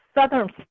southern